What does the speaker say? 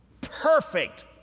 perfect